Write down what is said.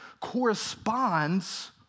corresponds